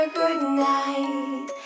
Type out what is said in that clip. goodnight